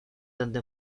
tanto